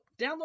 download